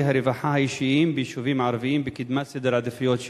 הרווחה האישיים ביישובים הערביים בקדמת סדר העדיפויות שלו,